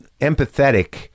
empathetic